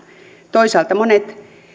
toisaalta monet